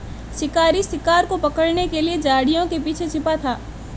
शिकारी शिकार को पकड़ने के लिए झाड़ियों के पीछे छिपा था